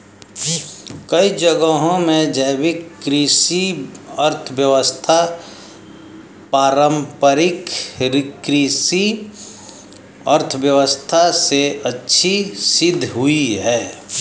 कई जगहों में जैविक कृषि अर्थव्यवस्था पारम्परिक कृषि अर्थव्यवस्था से अच्छी सिद्ध हुई है